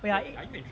wait ah